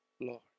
Lord